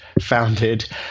founded